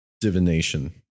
divination